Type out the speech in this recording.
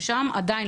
ששם עדיין,